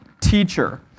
teacher